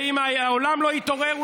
ואם העולם לא יתעורר,